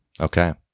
Okay